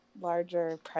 larger